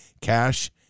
cash